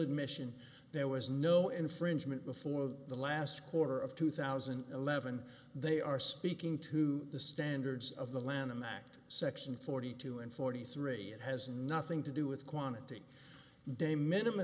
admission there was no infringement before the last quarter of two thousand and eleven they are speaking to the standards of the lanham act section forty two and forty three it has nothing to do with quantity de minimu